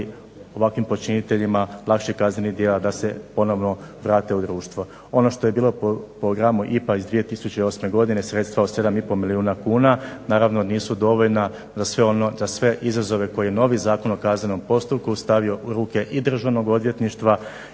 ovakvim počiniteljima lakših kaznenih djela da se ponovno vrate u društvo. Ono što je bilo po programu IPARD iz 2008. godine sredstva od 7,5 milijuna kuna naravno nisu dovoljna da sve izazove koje novi Zakon o kaznenom postupku stavio u ruke i Državnog odvjetništva